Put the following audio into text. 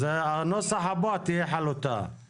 אז הנוסח הבא תהיה חלוטה.